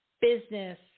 business